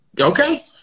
Okay